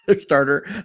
starter